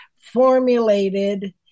formulated